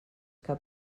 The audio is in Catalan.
que